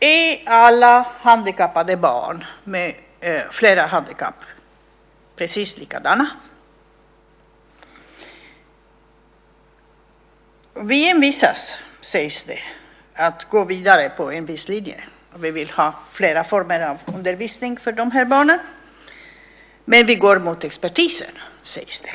Är alla handikappade barn med flera handikapp precis likadana? Vi envisas, sägs det, med att gå vidare på en viss linje. Vi vill ha flera former av undervisning för de här barnen, men vi går mot expertisen, sägs det.